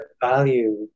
value